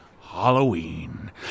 Halloween